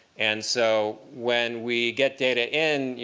and so when we get data in,